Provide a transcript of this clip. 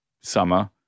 summer